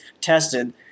tested